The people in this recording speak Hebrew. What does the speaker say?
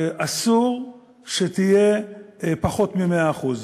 אסור שתהיה פחות ממאה אחוז.